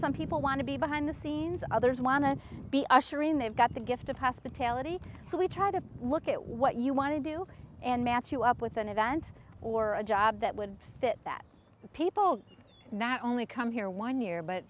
some people want to be behind the scenes others want to be ushering they've got the gift of hospitality so we try to look at what you want to do and match you up with an event or a job that would fit that people not only come here one year but